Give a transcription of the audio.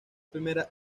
primer